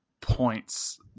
points